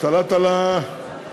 השתלטת על הסיעה.